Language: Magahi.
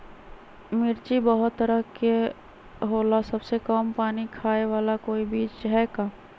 मिर्ची बहुत तरह के होला सबसे कम पानी खाए वाला कोई बीज है का?